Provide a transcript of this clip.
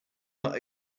not